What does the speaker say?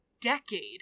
decade